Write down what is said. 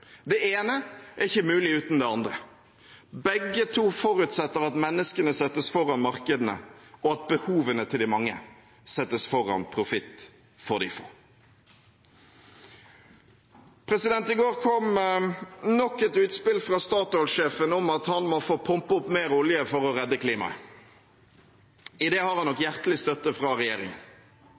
Den ene er ikke mulig uten den andre. Begge to forutsetter at menneskene settes foran markedene, og at behovene til de mange settes foran profitt til de få. I går kom nok et utspill fra Statoil-sjefen om at han må få pumpe opp mer olje for å redde klimaet. I det har han nok hjertelig støtte fra